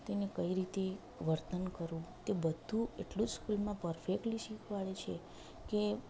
તેને કઈ રીતે વર્તન કરવું તે બધુ એટલું સ્પીડમાં પરફેકટલી શીખવાડે છે કે